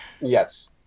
Yes